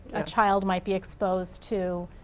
a child might be exposed to.